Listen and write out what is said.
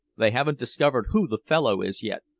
they haven't discovered who the fellow is yet.